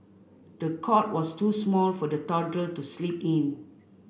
the cot was too small for the toddler to sleep in